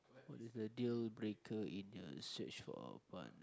what is a dealbreaker in a search for a partner